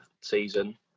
season